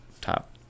top